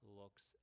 looks